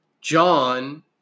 John